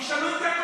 תשאלו את יעקב